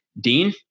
Dean